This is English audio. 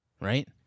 Right